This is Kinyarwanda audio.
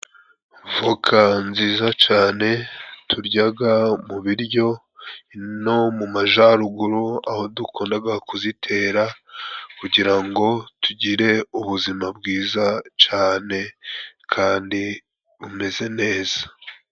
Voka nziza cane turyaga mu biryo no mu majaruguru aho dukundaga kuzitera, kugira ngo tugire ubuzima bwiza cane kandi bumeze neza.